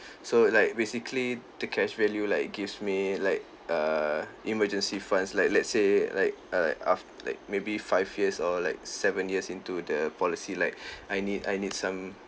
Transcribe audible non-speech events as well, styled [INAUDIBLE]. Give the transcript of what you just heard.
so like basically the cash value like gives me like err emergency funds like let's say like uh af~ like maybe five years or like seven years into the policy like [BREATH] I need I need some